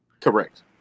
Correct